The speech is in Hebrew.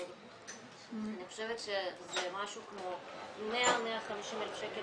אני חושבת שזה משהו כמו 100,000 150,000 שקל